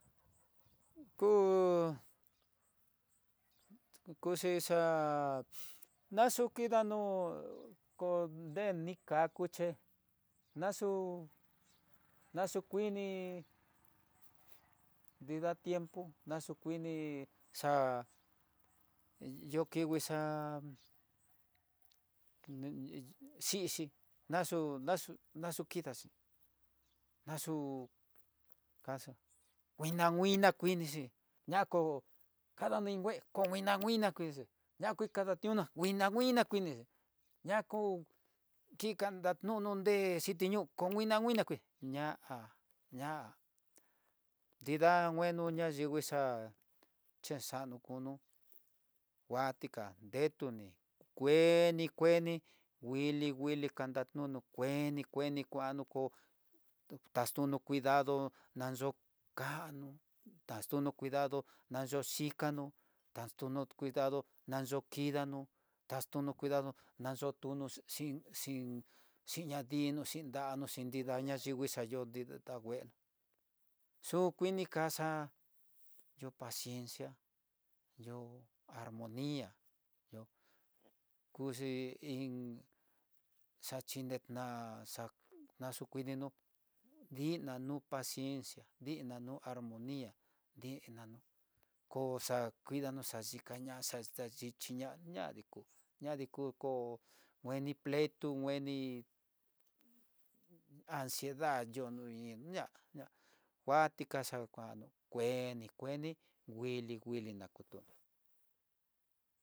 Ku kuxixa nachukudanó ko nre ni kaku che, na xu naxukuini nrida tiempo naxukuini, xa'á yo kikui xa'á ne- ne xhixi naxu naxu kidaxhi, naxu kaxu nguina nguina kidixhi ñako kadaningue no nguina nguina kuixhi, ña kadatiuna nguiná nguiná kiuxe ñakó kadandondé xhitiño'ó ko nguina nguina kué ña'a ñá nrida ngueno ya yivii xa'á chexano kunu, nguatika nretuni kueni kueni nguili nguili kadannu, ono kueni kueni kuano kó taxruno cuidado nanyo kano taxtuno cuidado nayu xhikano, taxtuno cuidado nayu kidanó, taxtuno cuidado xi xhin xhin ñadino xhin da'ano, xhin nrida yayingui xayó nri ta ngueno xu kuini kaxa paciencia yo'o armoniá kuxhi iin xachinená há axukuininó diina nu paciencia diina armoniá, dinanu koxa kuidano xa dikaña xa dichi ñá, ñadiku ñadiku kó ngueni pleito ngueni anciedad yo no iin ñaña mguati kaxa nguano kueni kueni nguili nguili nakutunó.